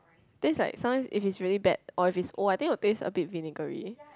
taste like sometimes if it's really bad or if it's old I think will taste a bit vinegary